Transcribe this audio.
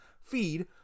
feed